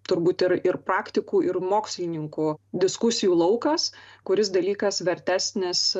turbūt ir ir praktikų ir mokslininkų diskusijų laukas kuris dalykas vertesnis